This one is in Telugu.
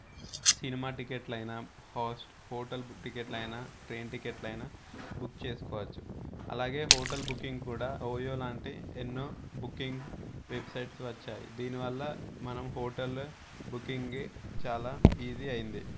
సినిమా టికెట్లైన హోస్ట్ హోటల్ బుక్ టికెట్లయినా ట్రైన్ టికెట్లయినా బుక్ చేసుకోవచ్చు అలాగే హోటల్ బుకింగ్ కూడా ఓయో లాంటి ఎన్నో బుకింగ్ వెబ్సైట్స్ వచ్చాయి దీనివల్ల మనం హోటల్లో బుకింగే చాలా ఈజీ అయింది